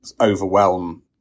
overwhelm